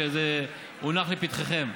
כשזה הונח לפתחכם.